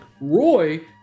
Roy